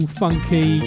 funky